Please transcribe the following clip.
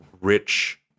rich